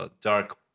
dark